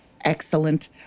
Excellent